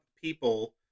people